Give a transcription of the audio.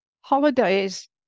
holidays